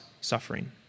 suffering